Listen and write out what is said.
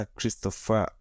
Christopher